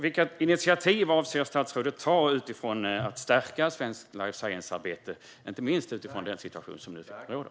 Vilka initiativ avser statsrådet att ta för att stärka svenskt life science-arbetet, inte minst utifrån den situation som nu råder?